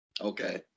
Okay